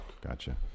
Gotcha